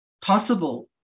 possible